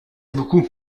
beaucoup